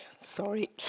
Sorry